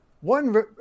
one